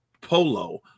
polo